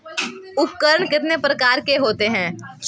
उपकरण कितने प्रकार के होते हैं?